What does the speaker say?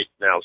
Now